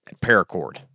Paracord